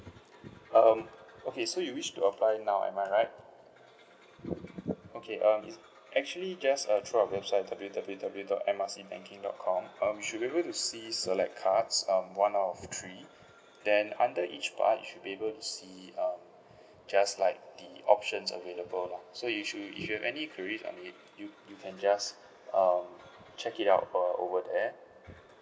um okay so you wish to apply now am I right okay um actually just uh through our website W W W dot M R C banking dot com um you should be able to see select cards um one out of three then under each part you should be able to see um just like the options available lah so you should you should any queries on it you you can just um check it out uh over there